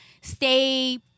stay